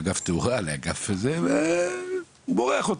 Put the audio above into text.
לאגף תאורה והוא מורח אותי.